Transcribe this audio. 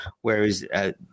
whereas –